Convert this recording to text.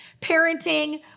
parenting